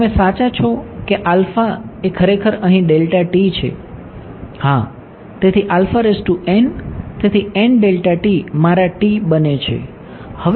તમે સાચા છો કે એ ખરેખર અહીં છે હા તેથી તેથી મારા બને છે